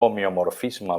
homeomorfisme